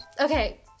Okay